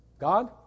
God